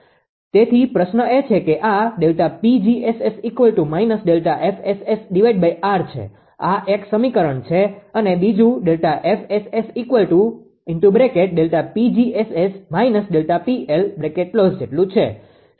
તેથી પ્રશ્ન એ છે કે આ ΔPg𝑆𝑆 −ΔFSS𝑅 છે આ એક સમીકરણ છે અને બીજું Δ𝐹𝑆𝑆ΔPg𝑆𝑆 − ΔPL છે